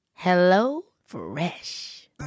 HelloFresh